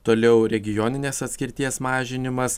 toliau regioninės atskirties mažinimas